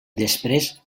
després